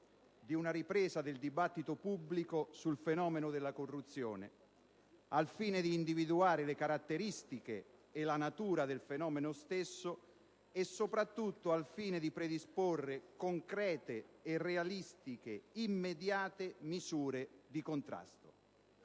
di una ripresa del dibattito pubblico sul fenomeno della corruzione, al fine di individuare le caratteristiche e la natura del fenomeno stesso e, soprattutto, di predisporre concrete, realistiche e immediate misure di contrasto.